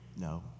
No